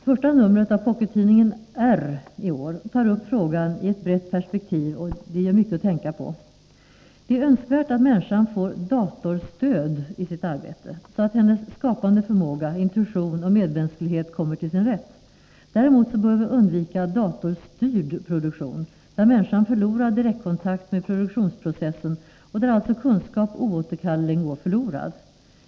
Första numret av Pockettidningen R i år tar upp frågan i ett brett perspektiv, och det ger mycket att tänka på. Det är önskvärt att människan får datorstöd i sitt arbete, så att hennes skapande förmåga, intuition och medmänsklighet kommer till sin rätt. Däremot bör vi undvika datorstyrd produktion, där människan förlorar direktkontakt med produktionsprocessen och där alltså kunskap oåterkalleligen går förlorad.